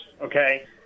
okay